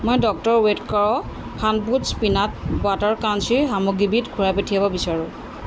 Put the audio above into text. মই ডক্টৰ ওৱেট্কাৰৰ Funfoods peanut butter crunchy সামগ্ৰীবিধ ঘূৰাই পঠিয়াব বিচাৰোঁ